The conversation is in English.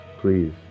please